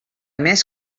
més